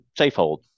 Safehold